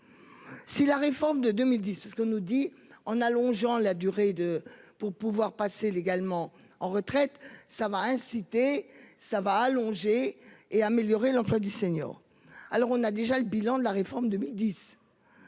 Si la réforme de 2010, c'est ce que nous dit en allongeant la durée de pour pouvoir passer légalement en retraite ça va inciter ça va allonger et améliorer l'emploi des seniors. Alors on a déjà le bilan de la réforme 2010.